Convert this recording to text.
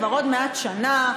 כבר עוד מעט שנה,